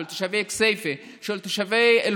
של תושבי כסייפה,